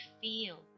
feel